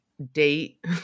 date